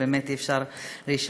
באמת,